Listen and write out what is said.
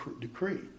decree